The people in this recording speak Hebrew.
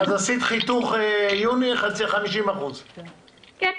עשית חיתוך חודש יוני חצי, 50%. כן.